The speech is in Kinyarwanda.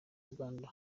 uganda